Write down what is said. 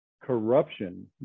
corruption